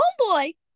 homeboy